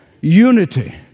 unity